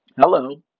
Hello